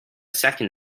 second